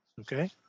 Okay